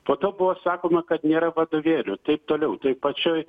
po to buvo sakoma kad nėra vadovėlių taip toliau tai pačioj